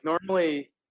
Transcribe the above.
normally